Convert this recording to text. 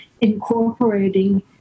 incorporating